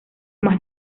más